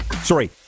Sorry